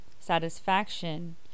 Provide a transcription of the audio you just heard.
Satisfaction